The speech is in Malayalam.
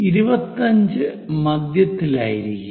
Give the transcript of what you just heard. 25 മധ്യത്തിലായിരിക്കും